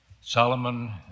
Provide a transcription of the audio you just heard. Solomon